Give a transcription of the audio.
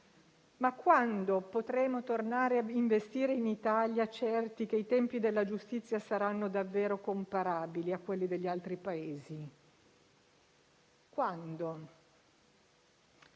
«Ma quando potremo tornare a investire in Italia, certi che i tempi della giustizia saranno davvero comparabili a quelli degli altri Paesi? Quando?».